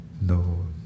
No